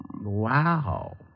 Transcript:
Wow